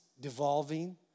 devolving